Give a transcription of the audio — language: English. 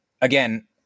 again